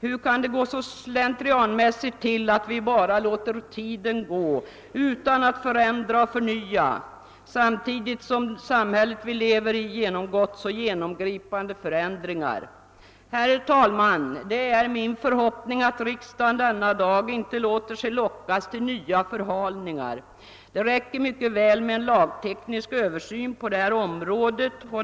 Hur kan det gå så slentrianmässigt till att vi bara låter tiden gå utan att förändra och förnya samtidigt som det samhälle vi lever i genomgår så genomgripande förändringar? Herr talman! Det är min förhoppning att riksdagen denna dag inte låter sig lockas till nya förhalningar. Det räcker mycket väl med en lagteknisk översyn på detta område.